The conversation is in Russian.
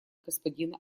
господина